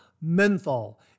menthol